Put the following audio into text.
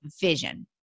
vision